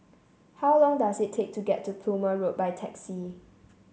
how long does it take to get to Plumer Road by taxi